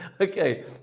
Okay